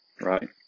right